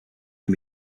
can